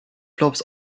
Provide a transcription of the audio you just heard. flops